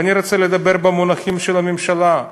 ואני רוצה לדבר במונחים של הממשלה.